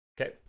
Okay